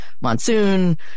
Monsoon